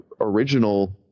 original